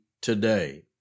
today